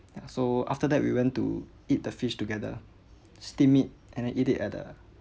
ya so after that we went to eat the fish together steam it and then eat it at the